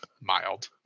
Mild